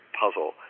puzzle